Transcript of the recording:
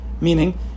Meaning